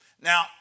Now